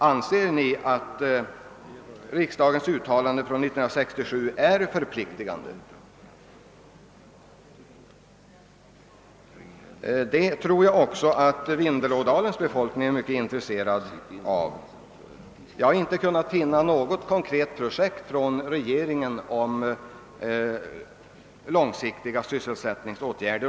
Anser ni att riksdagens uttalande från 1967 är förpliktigande? Jag tror att även Vindelådalens befolkning är mycket intresserad av svaret på denna fråga. Jag har inte kunnat finna något konkret projekt från regeringen om långsiktiga sysselsättningsåtgärder.